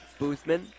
Boothman